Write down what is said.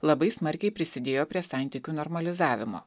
labai smarkiai prisidėjo prie santykių normalizavimo